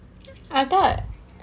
I thought